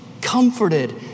comforted